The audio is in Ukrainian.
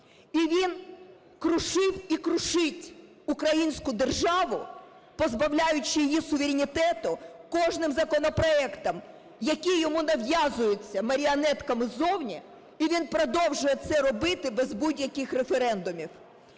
І він крушив і крушить українську державу, позбавляючи її суверенітету кожним законопроектом, який йому нав'язується маріонетками ззовні, і він продовжує це робити без будь-яких референдумів.